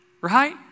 right